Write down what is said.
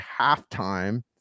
halftime